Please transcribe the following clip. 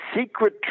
secret